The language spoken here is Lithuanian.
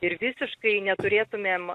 ir visiškai neturėtumėm